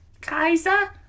Kaiser